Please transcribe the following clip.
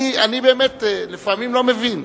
אני באמת לפעמים לא מבין.